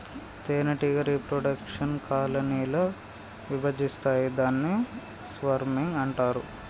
తేనెటీగ reproduction colony ల విభజిస్తాయి దాన్ని స్వర్మింగ్ అంటారు